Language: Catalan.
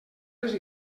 les